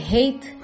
Hate